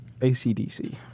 ACDC